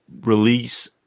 release